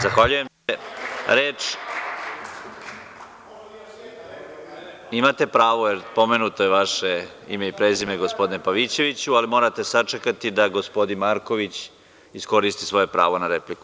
Zahvaljujem se [[Vladimir Pavićević, s mesta: Može li jedna replika.]] Imate pravo, jer pomenuto je vaše ime i prezime, gospodine Pavićeviću, ali morate sačekati da gospodin Marković iskoristi svoje pravo na repliku.